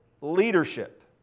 leadership